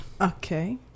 Okay